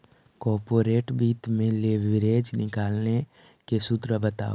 corporate वित्त में leverage निकाले के सूत्र बताओ